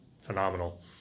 phenomenal